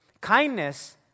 Kindness